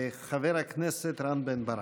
חבר הכנסת רם בן ברק.